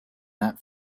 that